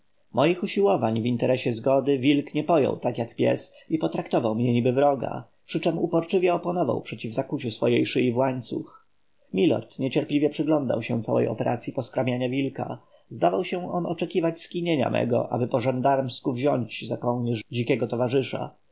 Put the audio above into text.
moich usiłowań w interesie zgody wilk nie pojął tak jak pies i potraktował mnie niby wroga przyczem uporczywie oponował przeciw zakuciu swojej szyi w łańcuch milord ciekawie ale i niecierpliwie przyglądał się całej operacyi poskramiania wilka zdawał się on oczekiwać skinienia mego aby po żandarmsku wziąć za kołnierz dzikiego towarzysza